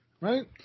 Right